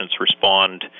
respond